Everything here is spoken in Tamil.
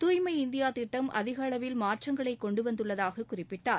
தூய்மை இந்தியா திட்டம் அதிகளவில் மாற்றங்களை கொண்டு வந்துள்ளதாக குறிப்பிட்டார்